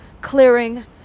clearing